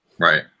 Right